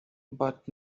but